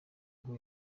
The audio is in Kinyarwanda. ngo